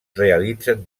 realitzen